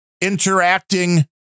interacting